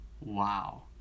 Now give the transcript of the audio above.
wow